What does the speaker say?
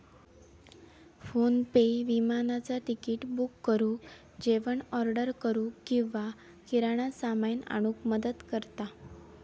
PhonePe विमानाचा तिकिट book करुक, जेवण ऑर्डर करूक किंवा किराणा सामान आणूक मदत करता